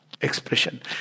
expression